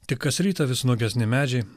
tik kas rytą vis nuogesni medžiai